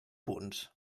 punts